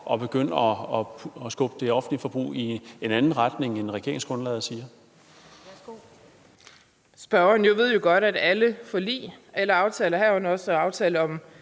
at begynde at skubbe det offentlige forbrug i en anden retning, end regeringsgrundlaget siger?